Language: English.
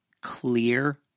clear